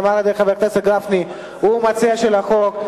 נאמר על-ידי חבר הכנסת גפני, הוא המציע של החוק.